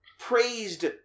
praised